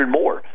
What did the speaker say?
more